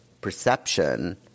perception